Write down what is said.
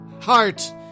heart